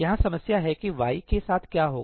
यहाँ समस्या है कि y के साथ क्या होगा